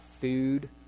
food